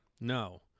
No